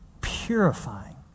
purifying